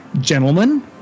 gentlemen